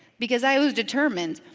because i was determined,